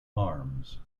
arms